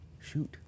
shoot